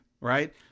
right